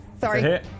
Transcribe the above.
Sorry